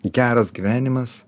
geras gyvenimas